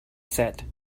said